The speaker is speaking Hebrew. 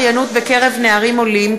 נמנעים.